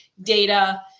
data